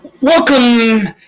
Welcome